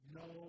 no